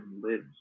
lives